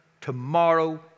tomorrow